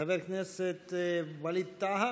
חבר הכנסת ווליד טאהא,